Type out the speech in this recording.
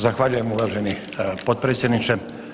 Zahvaljujem uvaženi potpredsjedniče.